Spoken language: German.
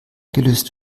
gelöst